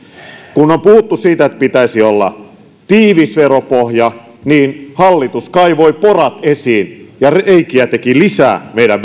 kun on puhuttu siitä että pitäisi olla tiivis veropohja niin hallitus kaivoi porat esiin ja teki lisää reikiä meidän